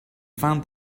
found